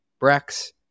Brex